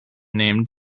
named